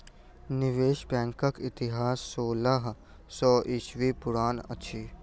निवेश बैंकक इतिहास सोलह सौ ईस्वी पुरान अछि